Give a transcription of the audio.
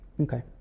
Okay